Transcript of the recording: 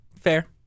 Fair